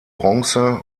bronze